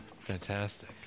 Fantastic